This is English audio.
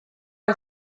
are